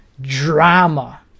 drama